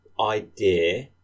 idea